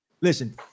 listen